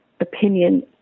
opinion